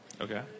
Okay